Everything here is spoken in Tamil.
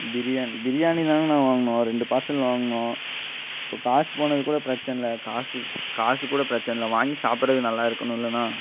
பிரியா பிரியாணிதாங்கண்ணா வாங்கினோம் ரெண்டு பார்சல் வாங்கினோம் இப்போது காசு போனது கூட பிரச்சனை இல்லை காசு காசு கூட பிரச்சனை இல்லை வாங்கி சாப்புடறது நல்லா இருக்கணும் இல்லைண்ணா